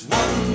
one